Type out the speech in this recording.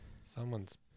Someone's